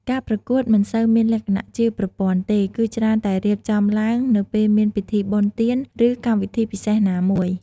ការប្រកួតមិនសូវមានលក្ខណៈជាប្រព័ន្ធទេ គឺច្រើនតែរៀបចំឡើងនៅពេលមានពិធីបុណ្យទាន ឬកម្មវិធីពិសេសណាមួយ។